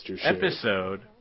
episode